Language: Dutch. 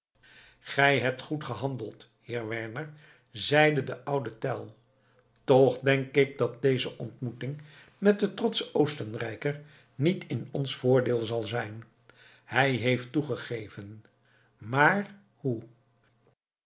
gij hebt goed gehandeld heer werner zeide de oude tell toch denk ik dat deze ontmoeting met den trotschen oostenrijker niet in ons voordeel zal zijn hij heeft toegegeven maar hoe